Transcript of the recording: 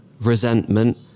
resentment